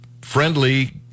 friendly